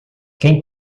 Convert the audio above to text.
quem